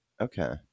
Okay